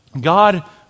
God